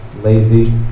lazy